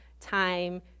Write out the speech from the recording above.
time